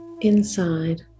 inside